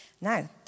Now